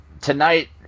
tonight